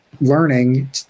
learning